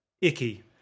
icky